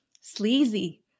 sleazy